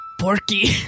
Porky